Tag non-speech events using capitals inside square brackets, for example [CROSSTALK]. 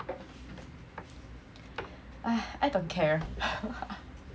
[NOISE] I don't care [LAUGHS]